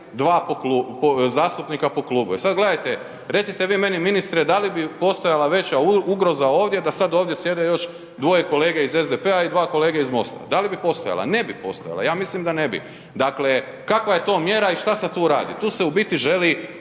dva po zastupnika po klubu. E sad gledajte, recite vi meni ministre da li bi postojala veća ugroza ovdje, da sad ovdje sjede još dvoje kolege iz SDP-a i dva kolege iz Most-a? Da li bi postojala? Ne bi postojala. Ja mislim da ne bi. Dakle kakva je to mjera i šta se tu radi? Tu se u biti želi